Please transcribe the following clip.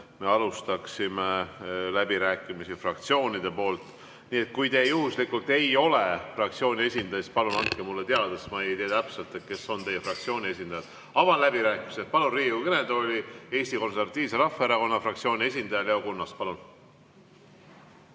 me alustaksime läbirääkimisi fraktsioonidest. Nii et kui te juhuslikult ei ole fraktsiooni esindaja, siis palun andke mulle teada. Ma ei tea täpselt, kes on teie fraktsiooni esindaja. Avan läbirääkimised ja palun Riigikogu kõnetooli Eesti Konservatiivse Rahvaerakonna fraktsiooni esindaja Leo Kunnase. Hea